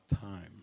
time